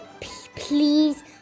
Please